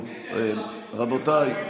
טוב, רבותיי,